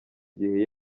gihe